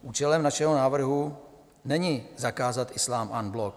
Účelem našeho návrhu není zakázat islám en bloc.